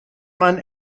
man